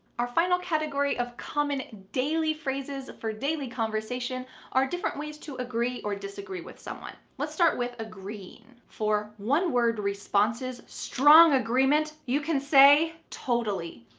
our final category of common daily phrases for daily conversation are different ways to agree or disagree with someone. let's start with ah agree. for one word responses, strong agreement, you can say, totally.